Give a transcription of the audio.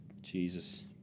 Jesus